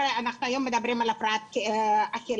היום אנחנו מדברים על הפרעות אכילה,